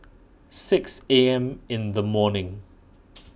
six A M in the morning